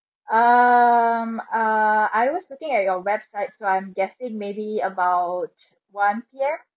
um err I was looking at your website so I'm guessing maybe about one P_M